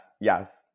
yes